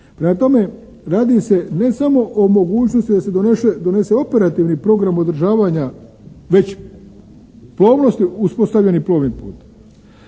Prema tome, radi se ne samo o mogućnosti da se donese operativni program održavanja već plovnosti uspostavljene plovnim putem